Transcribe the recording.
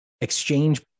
exchange